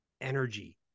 energy